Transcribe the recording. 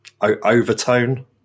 overtone